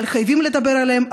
אבל חייבים לדבר עליהם,